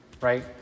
Right